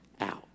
out